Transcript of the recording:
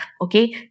Okay